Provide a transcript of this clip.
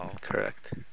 correct